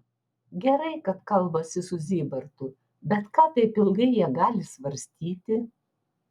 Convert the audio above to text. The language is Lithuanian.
gerai kad kalbasi su zybartu bet ką taip ilgai jie gali svarstyti